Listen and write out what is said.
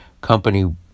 company